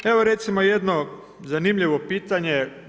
Evo, recimo jedno zanimljivo pitanje.